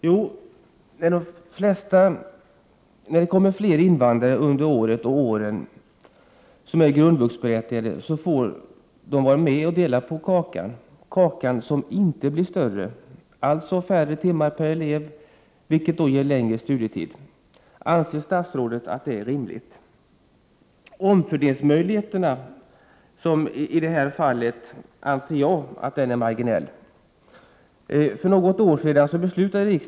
Jo, när det kommer fler och fler invandrare som är grundvuxberättigade, får de vara med och dela på kakan. Kakan blir dock inte större. Det blir således färre timmar per elev, vilket ger längre studietid. Anser statsrådet att det är rimligt? Jag anser att omfördelningsmöjligheterna är marginella i det här fallet.